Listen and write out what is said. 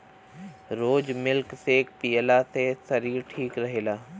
रोज milk shake पियला से शरीर ठीक रहेला